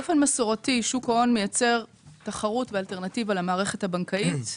באופן מסורתי שוק ההון מייצר תחרות ואלטרנטיבה למערכת הבנקאית.